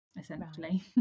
essentially